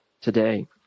today